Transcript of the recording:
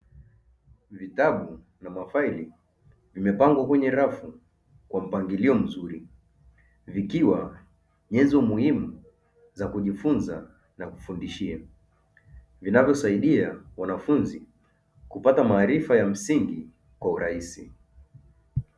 Vitabu na mafaili vimepangwa kwenye rafu kwa mpangilio mzuri, vikiwa nyenzo muhimu za kujifunza na kufundishia, vinavyosaidia wanafunzi kupata maarifa ya msingi kwa urahisi.